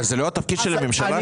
אבל זה לא התפקיד של הממשלה,